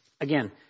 Again